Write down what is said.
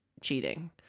cheating